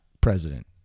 president